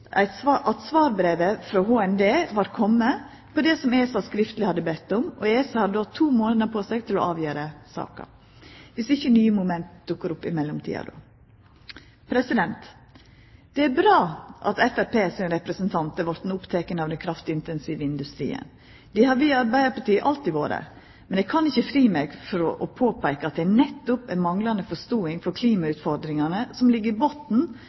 på det som ESA skriftleg hadde bedt om. ESA har då to månader på seg til å avgjera saka viss ikkje det då kjem nye moment i mellomtida. Det er bra at Framstegspartiet sin representant er vorte oppteken av den kraftintensive industrien. Det har vi i Arbeidarpartiet alltid vore, men eg kan ikkje fri meg for å peika på at det nettopp er manglande forståing for klimautfordringane som ligg i